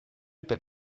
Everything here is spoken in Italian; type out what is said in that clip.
per